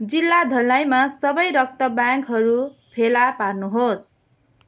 जिल्ला धलाईमा सबै रक्त ब्याङ्कहरू फेला पार्नुहोस्